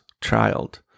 child